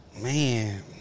Man